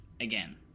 again